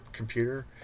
Computer